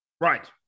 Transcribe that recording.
Right